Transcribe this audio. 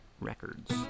Records